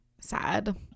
sad